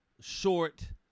short